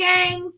Gang